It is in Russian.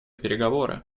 переговоры